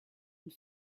and